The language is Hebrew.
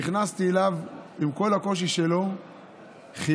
נכנסתי אליו, ועם כל הקושי שלו הוא חייך.